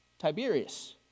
Tiberius